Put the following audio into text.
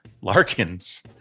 Larkins